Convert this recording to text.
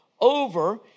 over